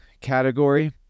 category